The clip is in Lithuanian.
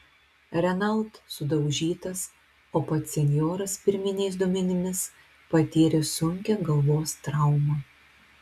renault sudaužytas o pats senjoras pirminiais duomenimis patyrė sunkią galvos traumą